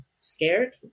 scared